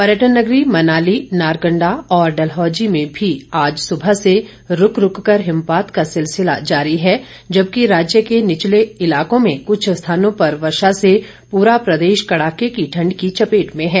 पर्यटन नगरी मनाली नारकण्डा और डलहौजी में भी आज सुबह से रूक रूक कर हिमपात का सिलसिला जारी है जबकि राज्य के निचले इलाकों में क्छ स्थानों पर वर्षा से पूरा प्रदेश कड़ाके की ठंड की चपेट में है